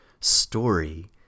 story